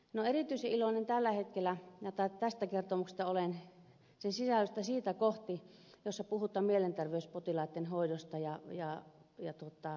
no erityisen iloinen tällä hetkellä tässä kertomuksessa olen sen sisällön siitä kohdasta jossa puhutaan mielenterveyspotilaitten hoidosta ja tilanteesta